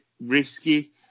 risky